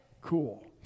Cool